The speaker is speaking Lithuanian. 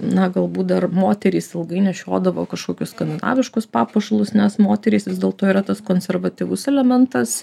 na galbūt dar moterys ilgai nešiodavo kažkokius skandinaviškus papuošalus nes moterys vis dėlto yra tas konservatyvus elementas